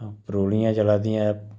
परूलियां चलादियां